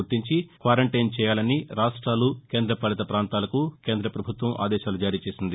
గుర్తించి క్వారంటైన్ చేయాలని రాష్టాలు కేంద్ర పాలిత పాంతాలకు కేంద్రం ఆదేశాలు జారీ చేసింది